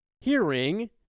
hearing